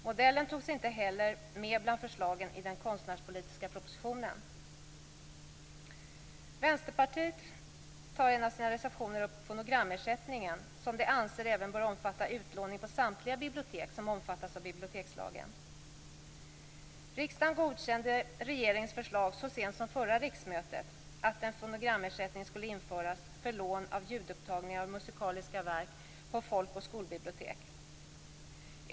Modellen togs inte heller med bland förslagen i den konstnärspolitiska propositionen. Vänsterpartiet tar i en av sina reservationer upp fonogramersättningen, som de anser även bör omfatta utlåning från samtliga bibliotek som omfattas av bibliotekslagen. Riksdagen godkände så sent som förra riksmötet regeringens förslag att en fonogramersättning skulle införas för lån av ljudupptagningar av musikaliska verk på folk och skolbibliotek.